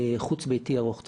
חוץ-ביתי ארוך טווח,